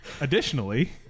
Additionally